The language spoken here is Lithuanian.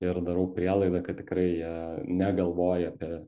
ir darau prielaidą kad tikrai jie negalvoja apie